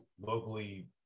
locally